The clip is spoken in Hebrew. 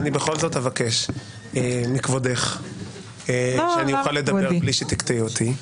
אני בכל זאת אבקש מכבודך שאני אוכל לדבר בלי שתקטעי אותי.